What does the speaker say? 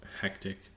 hectic